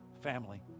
family